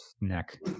neck